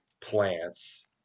plants